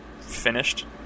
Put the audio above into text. finished